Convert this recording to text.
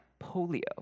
polio